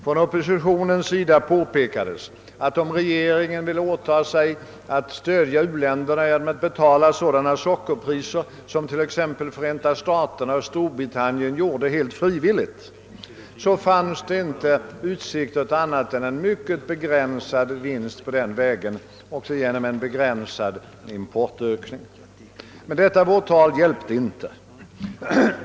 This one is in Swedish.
Från oppositionen påpekades att om regeringen ville stödja u-länderna genom att betala sådana sockerpriser som t.ex. Förenta staterna och Storbritannien helt frivilligt gjorde, fanns inte utsikter till annat än en mycket begränsad vinst. Detta vårt tal hjälpte inte.